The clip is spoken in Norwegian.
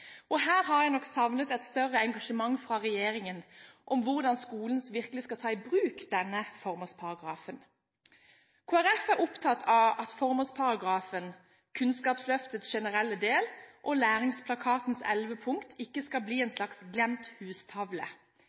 Og her har jeg savnet et større engasjement fra regjeringen om hvordan skolen virkelig skal ta i bruk denne formålsparagrafen. Kristelig Folkeparti er opptatt av at formålsparagrafen, Kunnskapsløftets generelle del og Læringsplakatens elleve punkter ikke skal bli en slags glemt hustavle.